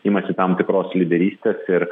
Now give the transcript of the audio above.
imasi tam tikros lyderystės ir